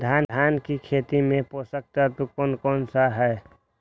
धान की खेती में पोषक तत्व कौन कौन सा है?